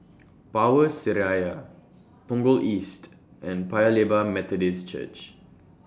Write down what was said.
Power Seraya Punggol East and Paya Lebar Methodist Church